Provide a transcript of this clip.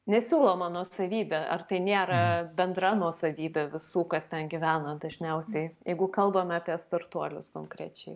nesiūloma nuosavybė ar tai nėra bendra nuosavybė visų kas ten gyvena dažniausiai jeigu kalbam apie startuolius konkrečiai